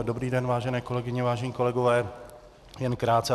Dobrý den, vážené kolegyně, vážení kolegové, jen krátce.